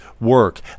work